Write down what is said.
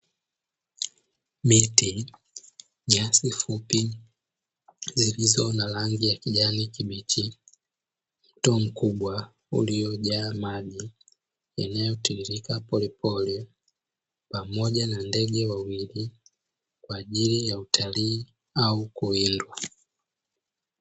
Miti, nyasi fupi zilizo na rangi ya kijani kibichi, mto mkubwa uliojaa maji yanayotiririka polepole pamoja na ndege wawili kwa ajili ya utalii au kuwindwa.